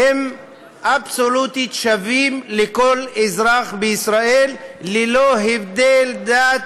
אבסולוטית, שוות לכל אזרח בישראל, ללא הבדל דת,